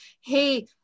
hey